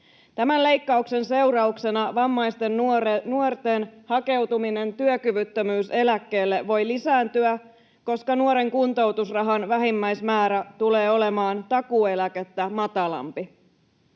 Tämän leikkauksen seurauksena vammaisten nuorten hakeutuminen työkyvyttömyyseläkkeelle voi lisääntyä, koska nuoren kuntoutusrahan vähimmäismäärä tulee olemaan takuueläkettä matalampi.